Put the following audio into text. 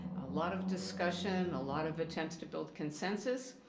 a lot of discussion. a lot of attempts to build consensus